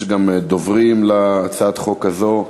יש גם דוברים בהצעת החוק הזאת.